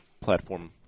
platform